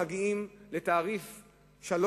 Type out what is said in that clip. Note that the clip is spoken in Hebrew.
מגיעות לתעריף 3,